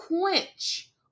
quench